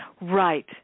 right